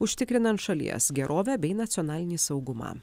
užtikrinant šalies gerovę bei nacionalinį saugumą